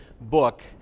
book